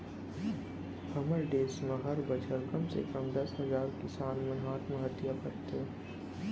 हमर देस म हर बछर कम से कम दस हजार किसान मन आत्महत्या करी डरथे